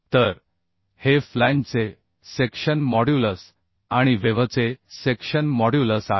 तर हे फ्लॅंजचे सेक्शन मॉड्युलस आणि वेव्हचे सेक्शन मॉड्युलस आहे